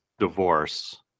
divorce